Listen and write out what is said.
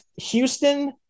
Houston